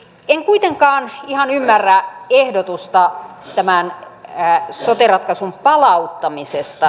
en kuitenkaan ihan ymmärrä ehdotusta tämän sote ratkaisun palauttamisesta